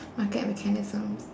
market mechanisms